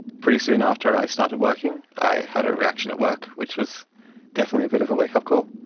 pretty soon after i started working i had a reaction at work, which was definitely a bit of a wakeup call.